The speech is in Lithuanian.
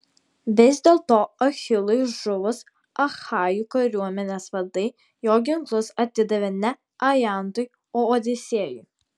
vis dėlto achilui žuvus achajų kariuomenės vadai jo ginklus atidavė ne ajantui o odisėjui